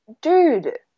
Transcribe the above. dude